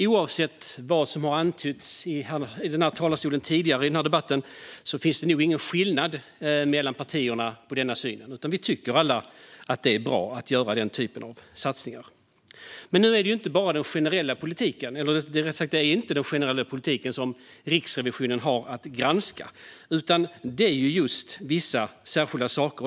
Oavsett vad som har antytts här i talarstolen tidigare under denna debatt finns det nog ingen skillnad i synsätt mellan partierna när det gäller detta. Vi tycker alla att det är bra att göra den typen av satsningar. Men det är inte den generella politiken som Riksrevisionen har att granska utan vissa, särskilda saker.